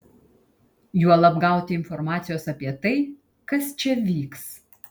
juolab gauti informacijos apie tai kas čia vyks